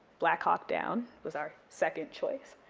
black hawk down was our second choice,